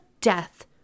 death